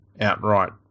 outright